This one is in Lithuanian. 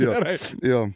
ir jo